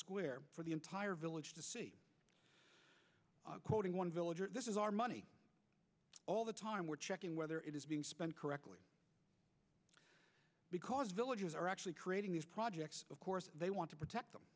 square for the entire village quoting one villager this is our money all the time we're checking whether it is being spent correctly because villages are actually creating these projects of course they want to protect them